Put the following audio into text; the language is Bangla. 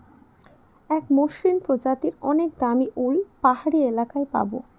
এক মসৃন প্রজাতির অনেক দামী উল পাহাড়ি এলাকায় পাবো